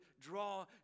draw